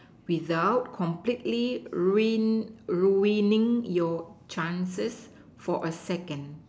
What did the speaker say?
without completely ruin ruining your chances for a second